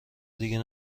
دیگه